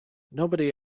nobody